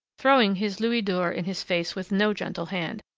throwing his louis-d'or in his face with no gentle hand.